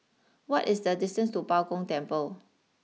what is the distance to Bao Gong Temple